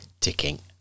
ticking